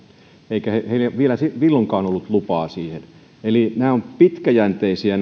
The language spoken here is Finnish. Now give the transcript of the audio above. eikä heillä vielä silloinkaan ollut lupaa siihen eli nämä prosessit ovat pitkäjänteisiä